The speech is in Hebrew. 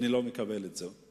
אני לא מקבל את זה.